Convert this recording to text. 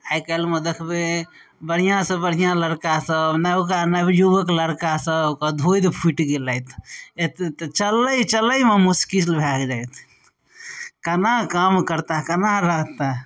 आइ काल्हिमे दखबय बढिआँसँ बढिआँ लड़का सब नबका नवयुवक लड़का सबके धोधि फुटि गेलथि एतऽ तऽ चललइ चलयमे मस्किल भए जाथि कना काम करता कना रहता